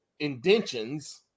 indentions